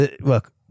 Look